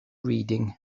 reading